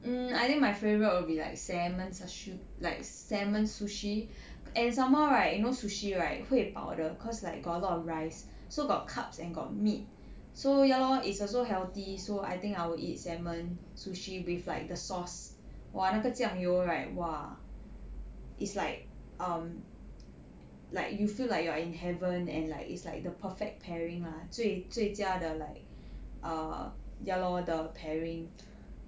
mm I think my favourite will be like salmon sashimi like salmon sushi and some more right you know sushi right 会饱的 cause like got a lot of rice so got carbs and got meat so ya lor is also healthy so I think I will eat salmon sushi with like the sauce !wah! 那个酱油 right !wah! it's like um like you feel like you're in heaven and like it's like the perfect pairing lah 最最佳的 like err ya lor the pairing